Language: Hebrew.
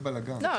לא,